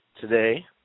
today